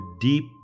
deep